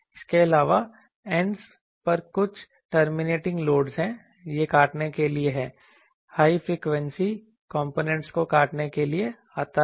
इसके अलावा एंडज पर कुछ टर्मिनेटिंग लोडज हैं ये काटने के लिए हैं हाई फ्रीक्वेंसी कॉम्पोनेंट को काटने के लिए आता है